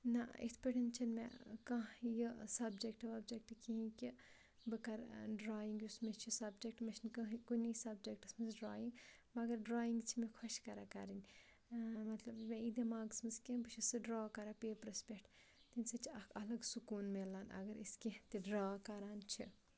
نہ یِتھ پٲٹھۍ چھِنہٕ مےٚ کانٛہہ یہِ سَبجَکٹ وَبجَکٹہٕ کِہیٖنۍ کہِ بہٕ کَرٕ ڈرٛایِنٛگ یُس مےٚ چھِ سَبجَکٹ مےٚ چھِنہٕ کٕہٕنۍ کُنی سَبجَکٹَس منٛز ڈرٛایِنٛگ مگر ڈرٛایِنٛگ چھِ مےٚ خۄش کَران کَرٕنۍ مطلب مےٚ یی دٮ۪ماغَس منٛز کہِ بہٕ چھس سُہ ڈرٛا کَران پیپرَس پٮ۪ٹھ تمہِ سۭتۍ چھِ اَکھ الگ سکوٗن مِلان اگر أسۍ کینٛہہ تہِ ڈرٛا کَران چھِ